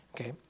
Okay